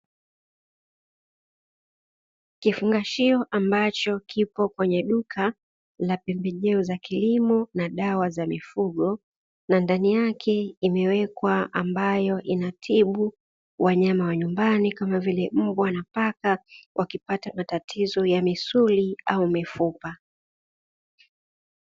Kifungashio ambacho kipo kwenye duka, la pembejeo za kilimo na dawa za mifugo, na ndani yake imewekwa ambayo inatibu wanyama wa nyumbani, kama vile mbwa na paka, wakipata matatizo ya misuli au mifupa.